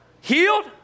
healed